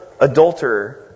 adulterer